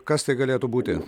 kas tai galėtų būti